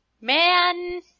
man